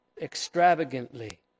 extravagantly